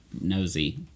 nosy